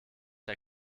der